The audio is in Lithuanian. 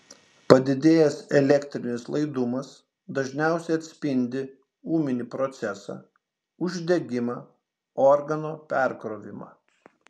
padidėjęs elektrinis laidumas dažniausiai atspindi ūminį procesą uždegimą organo perkrovimą